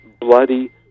bloody